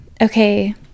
okay